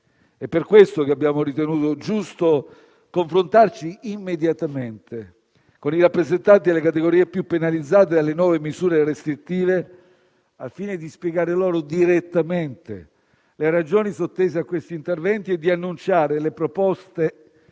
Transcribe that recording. È per questo che abbiamo ritenuto giusto confrontarci immediatamente con i rappresentanti delle categorie più penalizzate dalle nuove misure restrittive al fine di spiegare loro direttamente le ragioni sottese a questi interventi e di annunciare le proposte